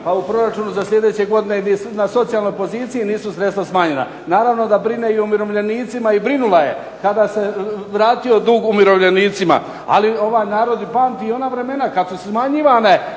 pa u proračunu za sljedeće godine na socijalnoj poziciji nisu sredstva smanjena. Naravno da brine i o umirovljenicima i brinula je, kada se vratio dug umirovljenicima, ali ovaj narod pamti ona vremena kad su smanjivane